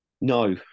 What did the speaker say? No